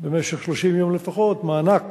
במשך 30 יום לפחות, מענק